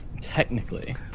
technically